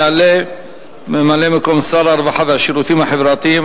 יעלה ממלא-מקום שר הרווחה והשירותים החברתיים,